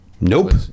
Nope